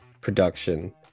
production